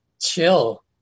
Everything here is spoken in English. chill